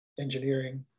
engineering